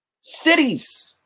cities